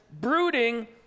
brooding